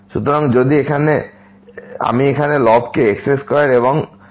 সুতরাং যদি আমি এখানে লবকে x2 এবং x 1 দ্বারা গুণ করি